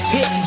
Hit